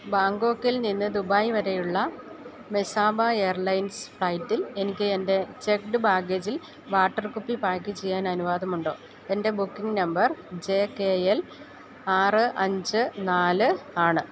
ബാങ്കോക്കിൽ നിന്ന് ദുബായ് വരെയുള്ള മെസാബ എയർലൈൻസ് ഫ്ലൈറ്റിൽ എനിക്ക് എൻ്റെ ചെക്ക്ഡ് ബാഗേജിൽ വാട്ടർ കുപ്പി പാക്ക് ചെയ്യാൻ അനുവാദമുണ്ടോ എൻ്റെ booking number J K L ആറ് അഞ്ച് നാല് ആണ്